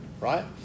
right